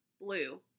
Blue